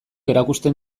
erakusten